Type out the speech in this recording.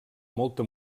molta